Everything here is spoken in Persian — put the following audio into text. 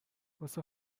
واسه